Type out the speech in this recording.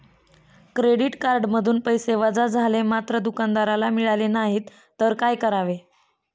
Credit कार्डमधून पैसे वजा झाले मात्र दुकानदाराला मिळाले नाहीत तर काय करावे?